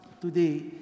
today